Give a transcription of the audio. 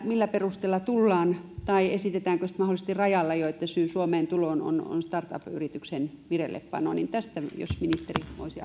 millä perusteella tullaan ja esitetäänkö sitten mahdollisesti rajalla jo että syy suomeen tuloon on on startup yrityksen vireillepano tästä jos ministeri voisi